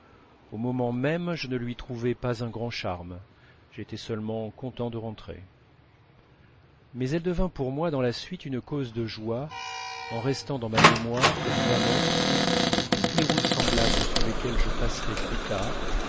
au moment même je ne lui trouvais pas un grand charme j'étais seulement content de rentrer mais elle devint pour moi dans la suite une cause de joies en restant dans ma mémoire comme une amorce où toutes les routes semblables sur lesquelles je passerais plus tard